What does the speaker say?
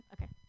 Okay